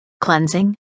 Cleansing